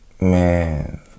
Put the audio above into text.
Man